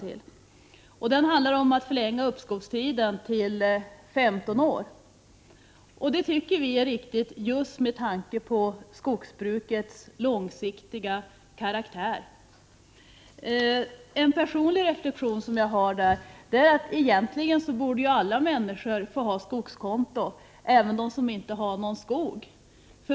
Reservationen handlar om en förlängning av uppskovstiden till 15 år, vilket vi tycker är riktigt just med tanke på skogsbrukets långsiktiga karaktär. En personlig reflexion är den att alla människor egentligen borde få ha skogskonto, även de som inte har någon skog.